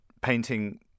painting